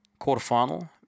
Quarterfinal